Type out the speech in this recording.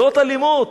זאת אלימות.